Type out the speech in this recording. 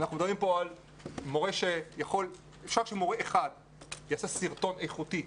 מורה אחד יעשה סרטון איכותי,